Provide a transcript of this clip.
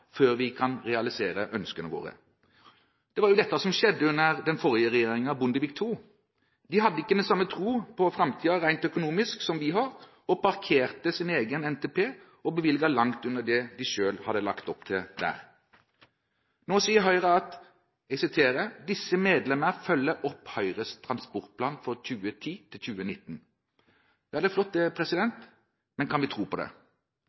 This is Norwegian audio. før vi kan realisere ønskene våre. Det var jo dette som skjedde under den forrige regjeringen, Bondevik II. De hadde ikke den samme tro på framtiden rent økonomisk som vi har, parkerte sin egen NTP, og bevilget langt under det de selv hadde lagt opp til der. Nå sier Høyre: «Disse medlemmer følger opp Høyres transportplan 2010–2019». Det er flott, men kan vi tro på det?